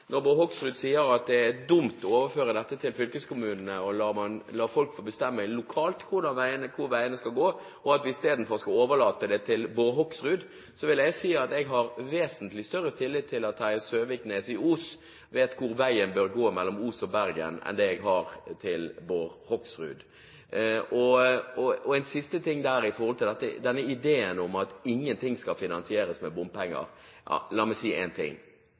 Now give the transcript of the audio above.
når Bård Hoksrud sier at det er dumt å overføre dette til fylkeskommunene og la folk få bestemme lokalt hvor veiene skal gå, og at vi i stedet skal overlate det til Bård Hoksrud, så vil jeg si at jeg har vesentlig større tillit til at Terje Søviknes i Os vet hvor veien bør gå mellom Os og Bergen, enn det jeg har til Bård Hoksrud. En siste ting der, i forhold til denne ideen om at ingenting skal finansieres med